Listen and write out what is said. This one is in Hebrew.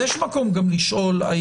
יש מקום גם לשאול.